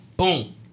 Boom